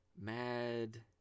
Mad